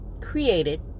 created